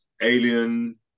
Alien